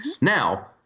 Now